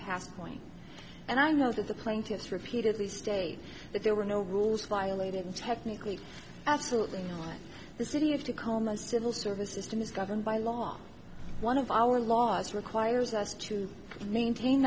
past point and i know that the plaintiffs repeatedly state that there were no rules violated and technically absolutely the city of tacoma civil service system is governed by law one of our laws requires us to maintain